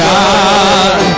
God